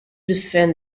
defend